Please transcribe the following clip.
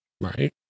Right